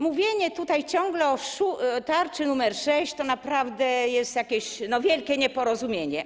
Mówienie ciągle o tarczy nr 6 to naprawdę jest jakieś wielkie nieporozumienie.